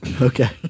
Okay